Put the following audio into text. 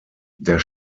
der